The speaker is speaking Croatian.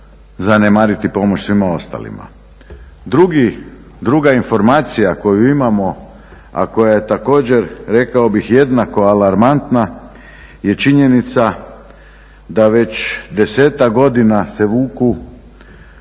zanemariti pomoć svima ostalima. Druga informacija koju imamo a koja je također rekao bih jednako alarmantna je činjenica da već 10-ak godina se vuku